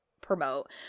promote